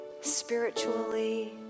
spiritually